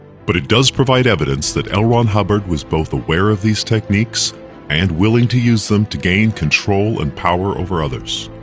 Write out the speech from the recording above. but it does provide evidence that l. ron hubbard was both aware of these techniques and willing to use them to gain control and power over others.